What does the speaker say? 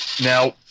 Now